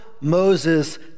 Moses